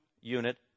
unit